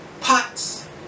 pots